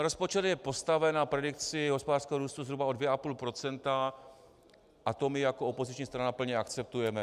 Rozpočet je postaven na predikci hospodářského růstu zhruba o 2,5 procenta a to my jako opoziční strana plně akceptujeme.